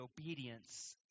obedience